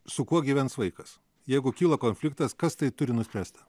su kuo gyvens vaikas jeigu kyla konfliktas kas tai turi nuspręsti